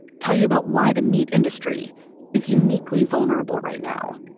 tell you about why the meat industry is uniquely vulnerable right now.